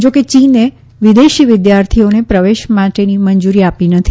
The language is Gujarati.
જો કે ચીને વિદેશી વિદ્યાર્થીઓને પ્રવેશ માટેની મંજૂરી આપી નથી